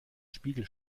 spiegel